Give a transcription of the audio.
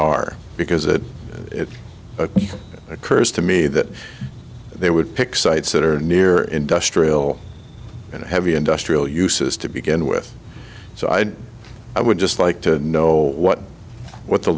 are because it occurs to me that they would pick sites that are near industrial and heavy industrial uses to begin with so i would just like to know what what the